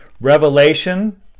Revelation